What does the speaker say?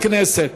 חברי הכנסת.